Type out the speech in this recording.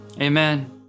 Amen